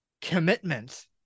commitment